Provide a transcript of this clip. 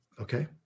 Okay